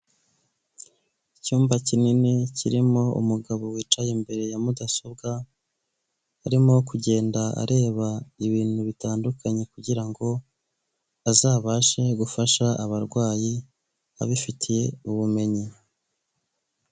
Icyumba kinini kirimo umugabo wicaye imbere ya mudasobwa arimo kugenda areba ibintu bitandukanye kugira ngo azabashe gufasha abarwayi abifitiye ubumenyi.